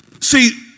see